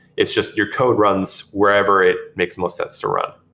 it's just your code runs wherever it makes most sense to run.